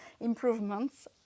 improvements